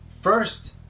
First